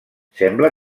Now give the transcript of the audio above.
sembla